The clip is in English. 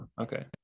Okay